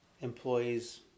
employees